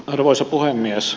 arvoisa puhemies